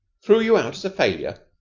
threw you out as a failure?